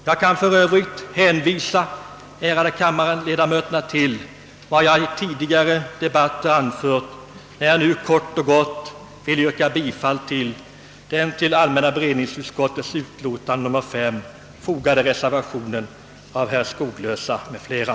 Jag kan för övrigt hänvisa de ärade kammarledamöterna till vad jag i tidigare ockerdebatter anfört när jag nu kort och gott vill yrka bifall till den vid allmänna beredningsutskottets utlåtande nr 5 fogade reservationen av herr Skoglösa m.fl.